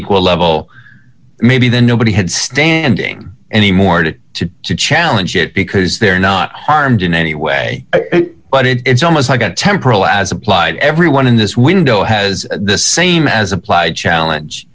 equal level maybe then nobody had standing anymore to to to challenge it because they're not harmed in any way but it's almost like a temporal as applied everyone in this window has the same as applied challenge